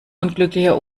unglücklicher